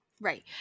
Right